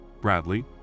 Bradley